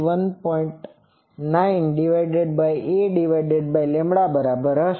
9a ના બરાબર હશે